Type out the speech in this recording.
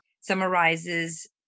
summarizes